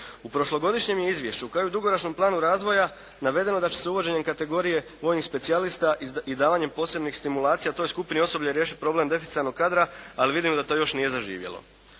U prošlogodišnjem je izvješću kao i u dugoročnom planu razvoja navedeno da će se uvažene kategorije vojnih specijalista i davanjem posebnih stimulacija toj skupini osoblja riješiti problem deficijalnog kadra, ali vidim da to još nije zaživjelo.